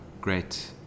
great